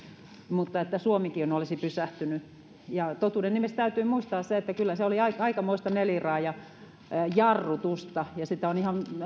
mutta myös että suomikin olisi pysähtynyt totuuden nimessä täytyy muistaa se että kyllä se oli aikamoista neliraajajarrutusta ja se on ihan